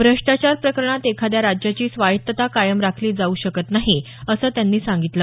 भ्रष्टाचार प्रकरणात एखाद्या राज्याची स्वायतत्ता कायम राखली जाऊ शकत नाही असं त्यांनी सांगितलं